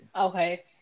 Okay